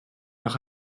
nach